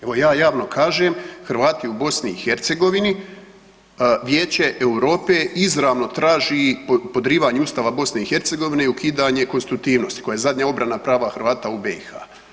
Evo ja javno kažem Hrvati u BiH Vijeće Europe izravno traži podrivanje Ustava BiH i ukidanje konstitutivnosti koja je zadnja obrana prava Hrvata u BiH.